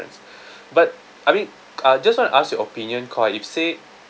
but I mean uh just want to ask your opinion koi if said